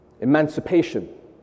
emancipation